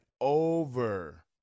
over